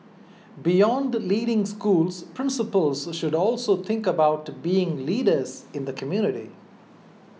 beyond leading schools principals should also think about being leaders in the community